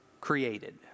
created